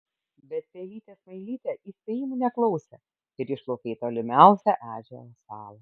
bet pelytė smailytė įspėjimų neklausė ir išplaukė į tolimiausią ežero salą